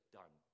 done